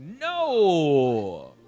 No